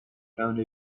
found